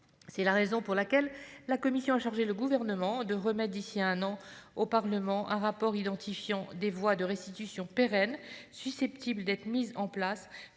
C'est la raison pour laquelle la commission a chargé le Gouvernement de remettre au Parlement, d'ici à un an, un rapport identifiant des voies de restitution pérennes susceptibles d'être mises en place